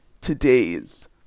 today's